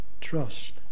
Trust